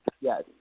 Yes